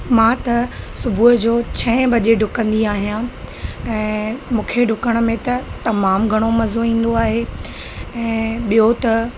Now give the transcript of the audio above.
मां त सुबुह जो छहें बजे डुकंदी आहियां ऐं मूंखे डुकण में त तमामु घणो मज़ो ईंदो आहे ॿियो त